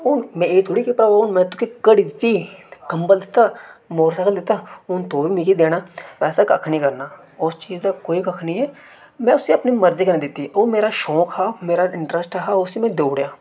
मों एह् थोह्ड़ी कि भ्रावा हून में तुकी घड़ी दित्ती कंबल दित्ता मोटरसैकल दित्ता ते हून तूं बी मिगी देना ऐसा कक्ख निं करना उस चीज दा कोई कक्ख निं ऐ में उसी अपनी मर्जी कन्नै दित्ती दी ओह् मेरा शोक हा मेरा इन्टरैस्ट हा उसी में देई ओड़ेआ